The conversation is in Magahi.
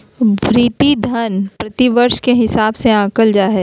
भृति धन प्रतिवर्ष के हिसाब से आँकल जा हइ